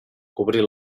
cobrir